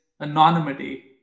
anonymity